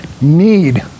need